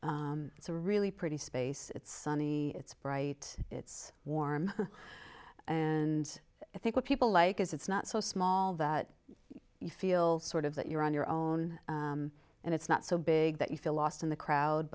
it's a really pretty space it's sunny it's bright it's warm and i think what people like is it's not so small that you feel sort of that you're on your own and it's not so big that you feel lost in the crowd